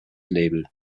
label